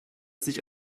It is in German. sich